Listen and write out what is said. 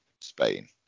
Spain